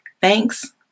Thanks